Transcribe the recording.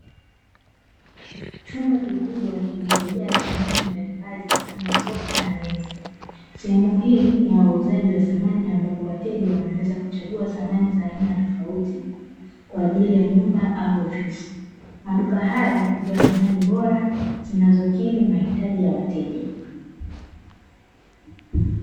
Chumba kikubwa kilichojaa samani mbalimbali ,kama sofa na meza. Sehemu hii ni ya wauzaji wa samani, ambapo wateja wanaweza kuchagua samani za aina tofauti kwa ajili ya nyumba au ofisi. Maduka haya hutoa samani bora zinazokidhi mahitaji ya wateja.